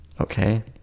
Okay